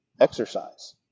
exercise